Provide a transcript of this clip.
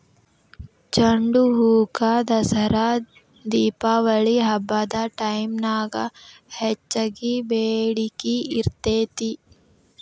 ಚಂಡುಹೂಕ ದಸರಾ ದೇಪಾವಳಿ ಹಬ್ಬದ ಟೈಮ್ನ್ಯಾಗ ಹೆಚ್ಚಗಿ ಬೇಡಿಕಿ ಇರ್ತೇತಿ